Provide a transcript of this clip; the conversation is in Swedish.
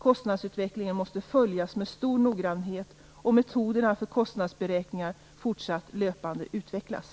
Kostnadsutvecklingen måste följas med stor noggrannhet och metoderna för kostnadsberäkningar fortsatt löpande utvecklas.